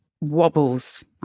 wobbles